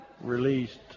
released